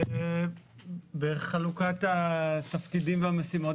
בחלוקת התפקידים והמשימות